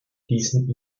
gießen